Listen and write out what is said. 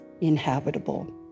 inhabitable